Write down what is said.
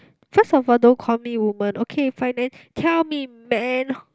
first of all don't call me woman okay fine then tell me man